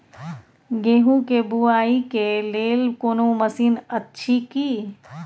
गेहूँ के बुआई के लेल कोनो मसीन अछि की?